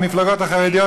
המפלגות החרדיות,